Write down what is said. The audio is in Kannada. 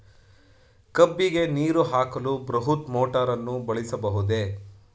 ಕಬ್ಬಿಗೆ ನೀರು ಹಾಕಲು ಬೃಹತ್ ಮೋಟಾರನ್ನು ಬಳಸಬಹುದೇ?